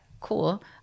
cool